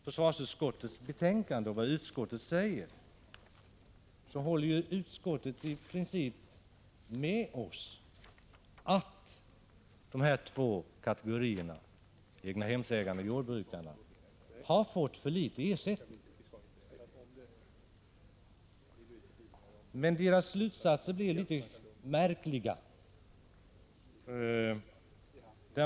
Försvarsutskottet håller i sitt betänkande i princip med oss om att egnahemsägarna och jordbrukarna har fått för liten ersättning. Utskottets slutsats är dock litet märklig.